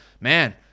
Man